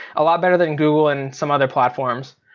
a lot better than google and some other platforms.